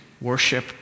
worship